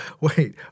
Wait